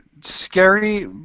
Scary